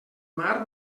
mar